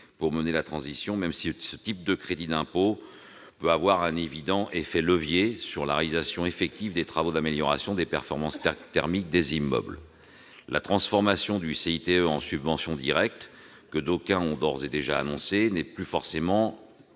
pour mener la transition, même si ce type de crédit d'impôt peut avoir un évident effet de levier sur la réalisation effective des travaux d'amélioration des performances thermiques des immeubles. La transformation du CITE en subventions directes, que d'aucuns ont d'ores et déjà annoncée, n'est plus forcément